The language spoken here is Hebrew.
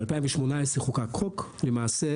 ב-2018 חוקק חוק, למה